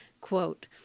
Quote